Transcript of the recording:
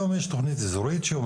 היום יש תוכנית אזורית,